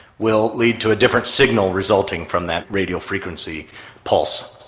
will lead to a different signal resulting from that radio frequency pulse.